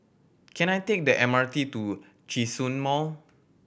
can I take the M R T to Djitsun Mall